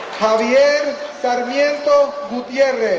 javier sarmiento gutierrez,